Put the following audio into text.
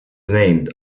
named